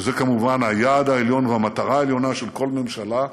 וזה כמובן היעד העליון והמטרה העליונה של כל ממשלה,